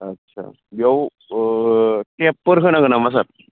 आच्चा बेयाव टेपफोर होनांगोन नामा सार